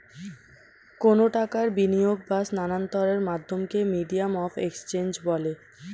কোনো টাকার বিনিয়োগ বা স্থানান্তরের মাধ্যমকে মিডিয়াম অফ এক্সচেঞ্জ বলে